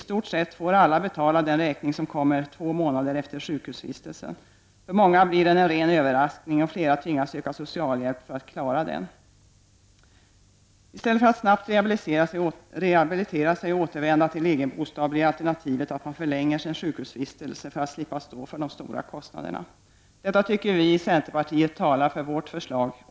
I stort sett får alla betala den räkning som kommer två månader efter sjukhusvistelsen. För många blir den en ren överraskning, och flera tvingas söka socialhjälp för att klara den. I stället för att snabbt rehabilitera sig och återvända till egen bostad blir alternativet att dessa pensionärer förlänger sin sjukhusvistelse för att slippa stå för de stora kostnaderna. Detta tycker vi i centerpartiet talar för vårt förslag.